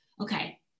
okay